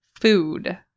food